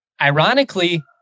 Ironically